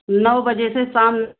नौ बजे से शाम